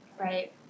Right